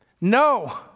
No